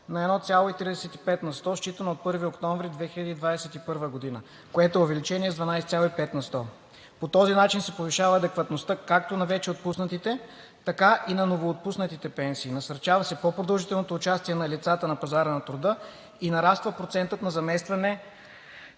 на 1,35 на сто, считано от 1 октомври 2021 г., което е увеличение с 12,5 на сто. По този начин се повишава адекватността както на вече отпуснатите, така и на новоотпуснатите пенсии, насърчава се по-продължителното участие на лицата на пазара на труда и нараства процентът на заместване